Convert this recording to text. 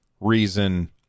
reason